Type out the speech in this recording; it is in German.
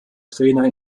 trainer